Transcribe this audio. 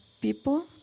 people